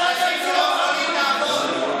אנשים שלא יכולים לעבוד.